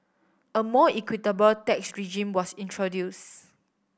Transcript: a more equitable tax regime was introduced